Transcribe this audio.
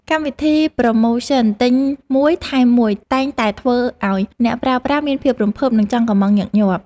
កម្មវិធីប្រូម៉ូសិនទិញមួយថែមមួយតែងតែធ្វើឱ្យអ្នកប្រើប្រាស់មានភាពរំភើបនិងចង់កុម្ម៉ង់ញឹកញាប់។